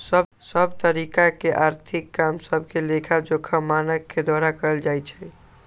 सभ तरिका के आर्थिक काम सभके लेखाजोखा मानक के द्वारा कएल जाइ छइ